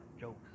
jokes